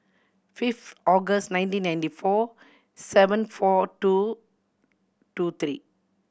fifth August nineteen ninety four seven four two two three